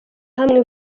hamwe